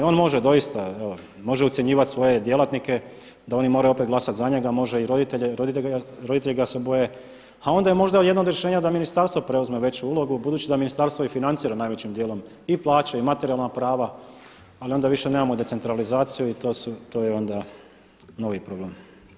On može doista, može ucjenjivati svoje djelatnike da oni moraju opet glasati za njega, i roditelji ga se boje a onda je možda jedno od rješenja da ministarstvo preuzme veću ulogu budući da ministarstvo i financira najvećim djelom i plaće i materijalna prava ali onda više nemamo decentralizaciju i to je onda novi problem.